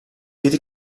yedi